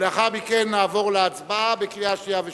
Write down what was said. לאחר מכן נעבור להצבעה בקריאה שנייה ושלישית.